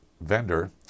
vendor